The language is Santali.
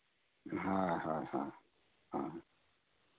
ᱦᱳᱭ ᱦᱳᱭ ᱦᱳᱭ